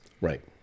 Right